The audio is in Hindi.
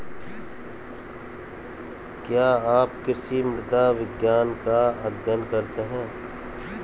क्या आप कृषि मृदा विज्ञान का अध्ययन करते हैं?